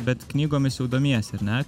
bet knygomis jau domiesi ar ne